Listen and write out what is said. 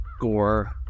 gore